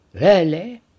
rarely